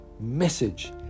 message